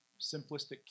simplistic